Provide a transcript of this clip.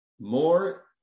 more